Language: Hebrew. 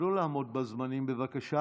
תשתדלו לעמוד בזמנים, בבקשה.